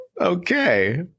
Okay